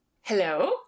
Hello